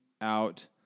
out